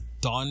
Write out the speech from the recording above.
done